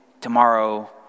tomorrow